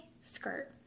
skirt